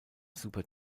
super